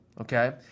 okay